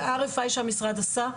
זה RFI שהמשרד עשה.